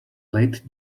late